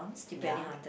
ya